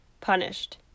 punished